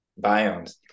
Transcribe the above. biomes